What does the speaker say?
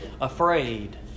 afraid